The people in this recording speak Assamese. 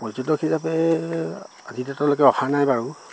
পৰ্যটক হিচাপে আজিৰ ডেটলৈকে অহা নাই বাৰু